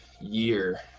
year